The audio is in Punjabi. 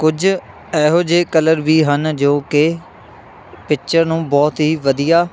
ਕੁਝ ਇਹੋ ਜਿਹੇ ਕਲਰ ਵੀ ਹਨ ਜੋ ਕਿ ਪਿਚਰ ਨੂੰ ਬਹੁਤ ਹੀ ਵਧੀਆ